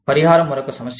పరిహారం మరొక సమస్య